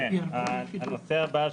הנושא הבא,